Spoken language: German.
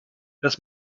dass